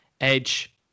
edge